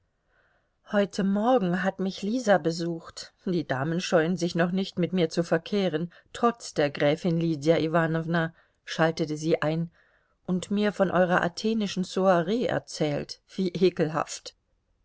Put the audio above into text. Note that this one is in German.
heute morgen hat mich lisa besucht die damen scheuen sich noch nicht mit mir zu verkehren trotz der gräfin lydia iwanowna schaltete sie ein und mir von eurer athenischen soiree erzählt wie